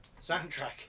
soundtrack